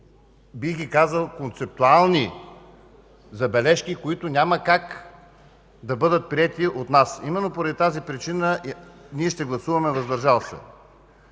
бих казал, концептуални забележки, които няма как да бъдат приети от нас и именно поради тази причина ние ще гласуваме „въздържал се”.